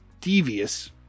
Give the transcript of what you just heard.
devious